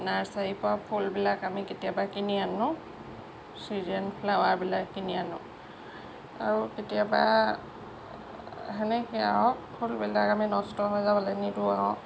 নাৰ্চাৰীৰ পৰা ফুলবিলাক আমি কেতিয়াবা কিনি আনো ছিজেন ফ্লাৱাৰবিলাক কিনি আনো আৰু কেতিয়াবা সেনেকে আৰু ফুলবিলাক আমি নষ্ট হৈ যাবলে নিদোঁ নিদিওঁ আৰু